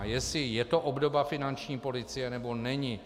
Jestli je to obdoba finanční policie, nebo není.